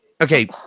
Okay